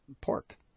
pork